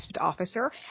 officer